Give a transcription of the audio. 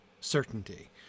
certainty